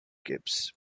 gibbs